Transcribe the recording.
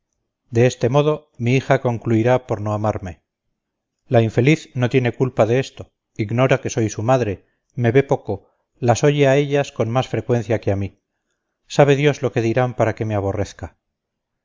de este modo mi hija concluirá por no amarme la infeliz no tiene culpa de esto ignora que soy su madre me ve poco las oye a ellas con más frecuencia que a mí sabe dios lo que le dirán para que me aborrezca